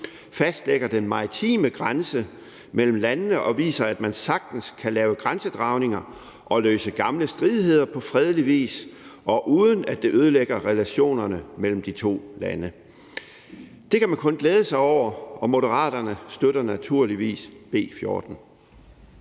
fastlægger den maritime grænse mellem landene og viser, at man sagtens kan lave grænsedragninger og løse gamle stridigheder på fredelig vis, og uden at det ødelægger relationerne mellem de to lande. Det kan man kun glæde sig over, og Moderaterne støtter naturligvis B 14.